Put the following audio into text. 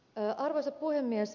arvoisa puhemies